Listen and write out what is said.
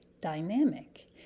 dynamic